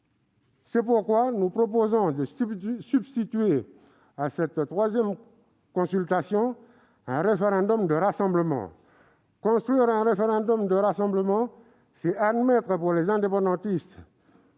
C'est pourquoi nous proposons de substituer à cette troisième consultation un référendum de rassemblement. Construire un référendum de rassemblement, c'est admettre, pour les indépendantistes,